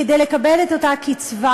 כדי לקבל את אותה קצבה,